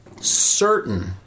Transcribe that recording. certain